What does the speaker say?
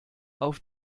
auf